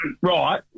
Right